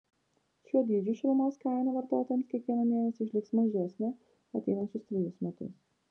šiuo dydžiu šilumos kaina vartotojams kiekvieną mėnesį išliks mažesnė ateinančius trejus metus